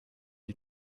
die